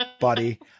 buddy